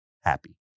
happy